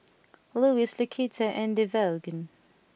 Louis Lucetta and Devaughn